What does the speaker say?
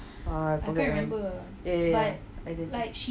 ah forget about it ya ya ya